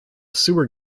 sewer